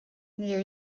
there